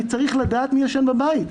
אני צריך לדעת מי ישן בבית.